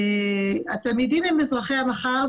התלמידים הם אזרחי המחר,